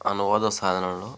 అనువాద సాధనలో